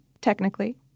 technically